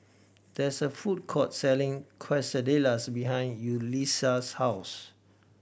there is a food court selling Quesadillas behind Yulissa's house